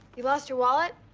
you lost your wallet?